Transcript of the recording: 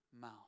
mouth